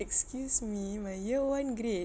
excuse me my year one grade